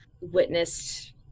witnessed